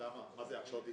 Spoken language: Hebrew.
אלה הרשאות להתחייב?